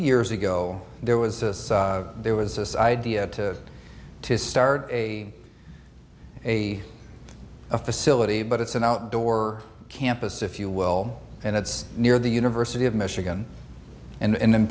years ago there was this there was this idea to to start a a a facility but it's an outdoor campus if you will and it's near the university of michigan and